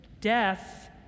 death